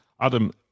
Adam